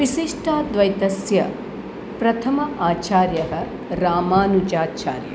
विशिष्टाद्वैतस्य प्रथमः आचार्यः रामानुजाचार्यः